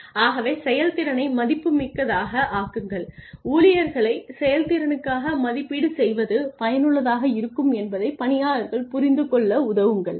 ஆகவே செயல்திறனை மதிப்புமிக்க தாக ஆக்குங்கள் ஊழியர்களைச் செயல்திறனுக்காக மதிப்பீடு செய்வது பயனுள்ளதாக இருக்கும் என்பதை பணியாளர்கள் புரிந்துகொள்ள உதவுங்கள்